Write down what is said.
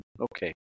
Okay